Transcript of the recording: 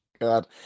God